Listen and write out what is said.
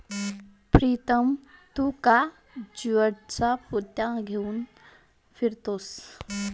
प्रीतम तू का ज्यूटच्या पोत्या घेऊन फिरतोयस